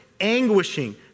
anguishing